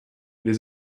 wir